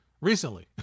recently